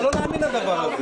זה לא להאמין לדבר הזה.